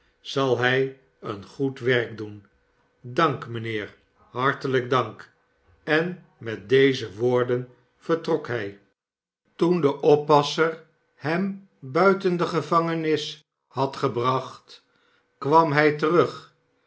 zal hij een goed werk doen dank mijnheer hartelijk dank en met deze woorden vertrok hij toen de oppasser hem buiten de gevangenis had gebracht kwatn hij terug